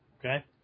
Okay